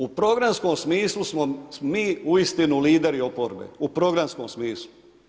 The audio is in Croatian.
U programskom smislu smo mi uistinu lideri oporbe u programskom smislu.